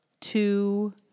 two